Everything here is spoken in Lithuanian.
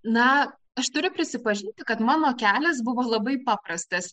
na aš turiu prisipažinti kad mano kelias buvo labai paprastas